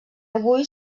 avui